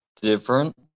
different